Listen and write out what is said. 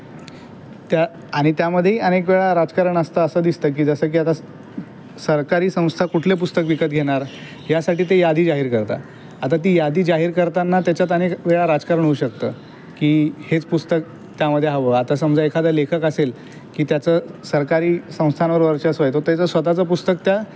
त्या आणि त्यामध्येही अनेक वेळा राजकारण असतं असं दिसतं की जसं की आता स सरकारी संस्था कुठले पुस्तक विकत घेणार यासाठी ते यादी जाहीर करतात तर ती यादी जाहीर करताना त्याच्यात अनेक वेळा राजकारण होऊ शकतं की हेच पुस्तक त्यामध्ये हवं आता समजा एखादा लेखक असेल की त्याचं सरकारी संस्थांवर वर्चस्व आहे तो त्याचं स्वत चं पुस्तक त्या